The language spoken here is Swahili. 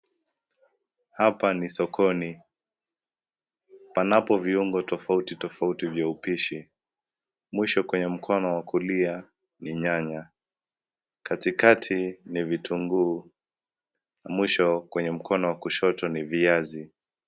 Hapa ni sokoni panapo viungo tofauti tofauti vya upishi. Mwisho kwenye mkono wa kulia ni nyanya, katikati ni vitunguu na mwisho kwenye mkono wa kushoto ni viazi.